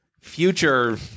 Future